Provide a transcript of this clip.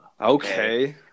Okay